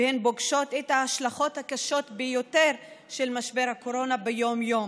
והן פוגשות את ההשלכות הקשות ביותר של משבר הקורונה ביום-יום.